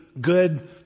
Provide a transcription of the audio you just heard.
good